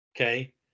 Okay